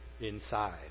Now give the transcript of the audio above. inside